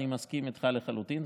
אני מסכים איתך לחלוטין,